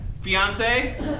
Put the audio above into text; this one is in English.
Fiance